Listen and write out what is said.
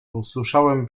usłyszałem